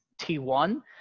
T1